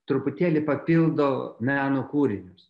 truputėlį papildo meno kūrinius